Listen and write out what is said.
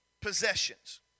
possessions